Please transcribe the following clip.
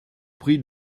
prie